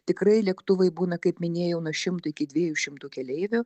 tikrai lėktuvai būna kaip minėjau nuo šimto iki dviejų šimtų keleivių